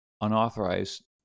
unauthorized